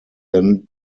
then